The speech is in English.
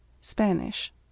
Spanish